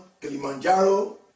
Kilimanjaro